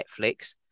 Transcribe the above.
Netflix